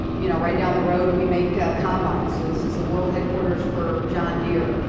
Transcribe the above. you know, right down the road we make ah combines. so this is the world headquarters for john deere.